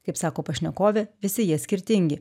kaip sako pašnekovė visi jie skirtingi